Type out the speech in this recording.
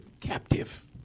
captive